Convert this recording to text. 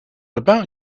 about